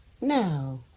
Now